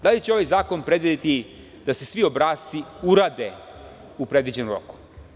Da li će ovaj zakon predvideti da se svi obrasci urade u predviđenom roku?